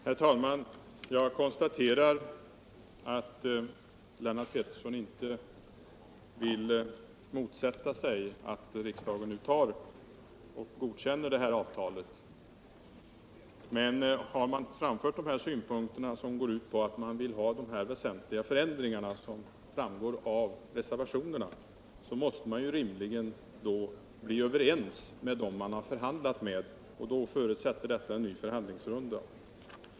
Herr talman! Jag konstaterar att Lennart Pettersson inte vill motsätta sig att riksdagen nu godkänner det här avtalet. Men har man framfört de här synpunkterna, som går ut på att man vill ha de väsentliga förändringar som framgår av reservationerna, då måste man rimligen bli överens med dem man har förhandlat med. Det förutsätter en ny förhandlingsrunda.